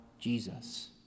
jesus